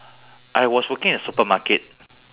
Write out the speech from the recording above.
I was working at supermarket